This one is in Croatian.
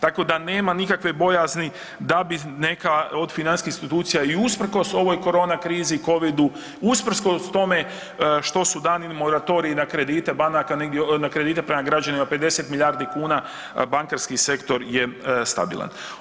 Tako da nema nikakve bojazni da bi neka od financijskih institucija i usprkos ovoj korona krizi Covidu, usprkos tome što su dani moratoriji na kredite banaka negdje, na kredite prema građanima 50 milijardi kuna, bankarski sektor je stabilan.